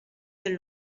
del